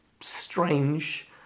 strange